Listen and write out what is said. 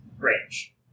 range